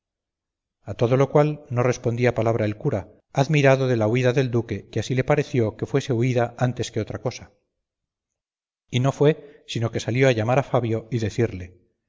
a todo lo cual no respondía palabra el cura admirado de la huida del duque que así le pareció que fuese huida antes que otra cosa y no fue sino que salió a llamar a fabio y decirle